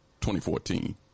2014